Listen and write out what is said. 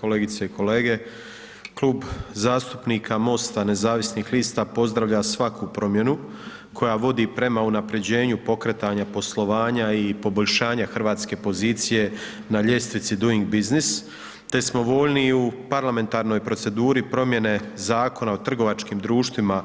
Kolegice i kolege, Klub zastupnika MOST-a nezavisnih lista pozdravlja svaku promjenu koja vodi prema unapređenju pokretanja poslovanja i poboljšanja hrvatske pozicije na ljestvici Duing biznis, te smo voljni i u parlamentarnoj proceduri promjene Zakona o trgovačkim društvima